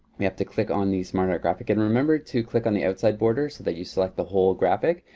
we have to click on the smart art graphic. and remember to click on the outside border so that you select the whole graphic.